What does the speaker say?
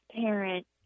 parent